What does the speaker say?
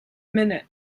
minute